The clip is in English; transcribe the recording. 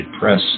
Press